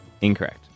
Incorrect